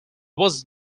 was